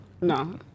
No